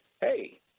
hey